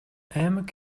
аймаг